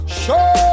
show